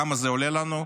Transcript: כמה זה עולה לנו?